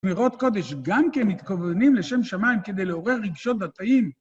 מירות קודש, גם כמתכוננים לשם שמיים כדי לעורר רגשות דתיים.